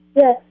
Yes